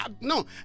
No